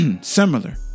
similar